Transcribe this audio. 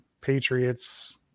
Patriots